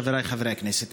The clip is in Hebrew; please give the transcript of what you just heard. חבריי חברי הכנסת,